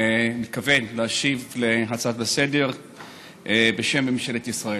אני מתכבד להשיב על ההצעה לסדר-היום בשם ממשלת ישראל.